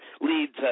leads